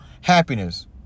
happiness